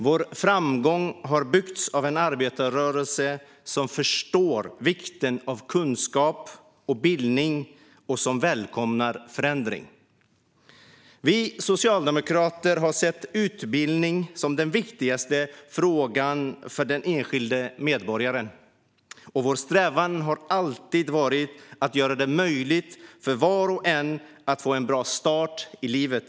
Vår framgång har byggts av en arbetarrörelse som förstår vikten av kunskap och bildning och som välkomnar förändring. Vi socialdemokrater har sett utbildning som den viktigaste frågan för den enskilda medborgaren. Vår strävan har alltid varit att göra det möjligt för var och en att få en bra start i livet.